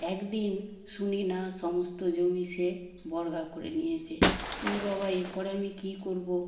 এক দিন শুনি না সমস্ত জমি সে বর্গা করে নিয়েছে এ বাবা এরপরে আমি কী করবো